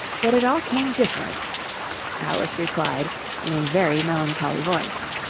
but it all came different alice replied in a very melancholy voice.